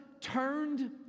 turned